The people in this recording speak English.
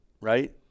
right